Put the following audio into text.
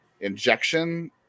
injection